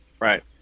Right